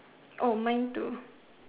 mine too